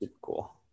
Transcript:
cool